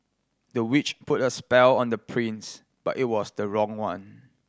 the witch put a spell on the prince but it was the wrong one